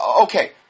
Okay